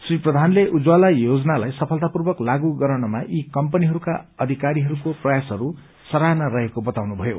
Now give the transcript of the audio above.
श्री प्रधानले उज्जवला योजनालाई सफ्लतापूर्वक लागू गराउनमा यी कम्पनीहरूका अधिकारीहरूको प्रयासहरू सराहना रहेको बताउनु भयो